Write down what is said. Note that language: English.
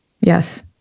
Yes